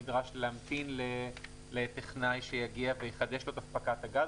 נדרש להמתין לטכנאי שיגיע ויחדש לו את אספקת הגז,